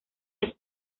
life